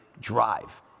drive